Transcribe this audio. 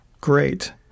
great